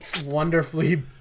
wonderfully